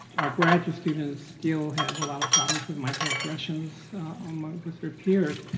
our graduate students still have a lot of problems with microaggressions um ah with their peers.